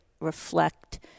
reflect